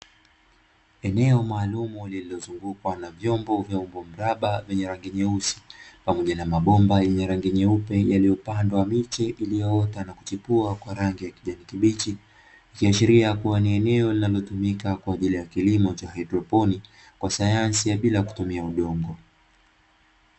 Eneo maalumu lililozungukwa na nyombo vya umbo mraba vyenye rangi nyeusi, pamoja na mabomba yenye rangi nyeupe yalipopandwa miche iliyoota na kuchipua kwa rangi ya kijani kibichi. Ikiashiria kuwa ni eneo linalotumika kwaajili ya kilimo cha haidroponi kwa sayansi bila kutumia udongo.